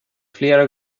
flera